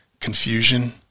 confusion